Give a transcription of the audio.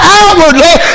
outwardly